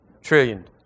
Trillion